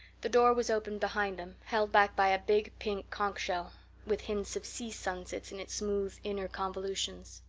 the door was open behind them, held back by a big pink conch shell with hints of sea sunsets in its smooth inner convolutions.